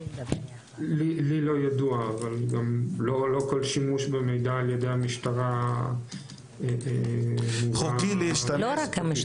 לי לא ידוע אבל גם לא כל שימוש במידע ע"י המשטרה --- חוקי להשתמש?